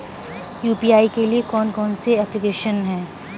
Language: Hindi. यू.पी.आई के लिए कौन कौन सी एप्लिकेशन हैं?